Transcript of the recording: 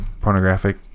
pornographic